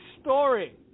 story